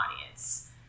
audience